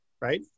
Right